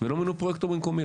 ולא מינו פרויקטור במקומי,